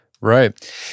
right